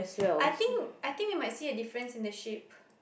I think I think we might see a difference in the sheep